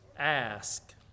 ask